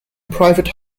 private